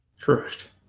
Correct